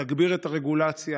תגביר את הרגולציה,